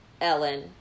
ellen